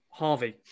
Harvey